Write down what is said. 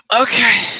Okay